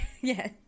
Yes